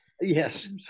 Yes